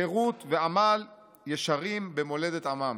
חירות ועמל-ישרים במולדת עמם.